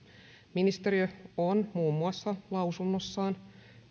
ministeriö on muun muassa lausunnossaan